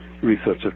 researcher